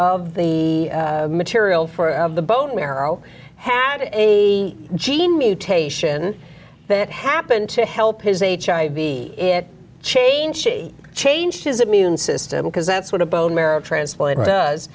of the material for the bone marrow had a gene mutation that happened to help his h i b it change she changed his immune system because that's what a bone marrow transplant